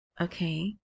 okay